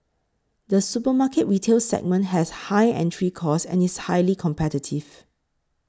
the supermarket retail segment has high entry costs and is highly competitive